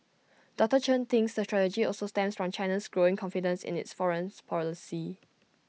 doctor Chen thinks the strategy also stems from China's growing confidence in its foreign policy